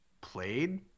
played